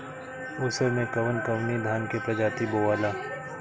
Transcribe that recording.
उसर मै कवन कवनि धान के प्रजाति बोआला?